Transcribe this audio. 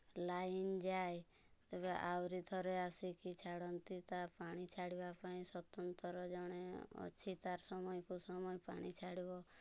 line ଯାଏ ତେବେ ଆହୁରି ଥରେ ଆସିକି ଛାଡ଼ନ୍ତି ତା ପାଣି ଛାଡ଼ିବା ପାଇଁ ସ୍ୱତନ୍ତ୍ର ଜଣେ ଅଛି ତାର୍ ସମୟକୁ ସମୟ ପାଣି ଛାଡ଼ିବ